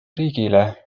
riigile